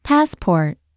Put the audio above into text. Passport